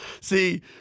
see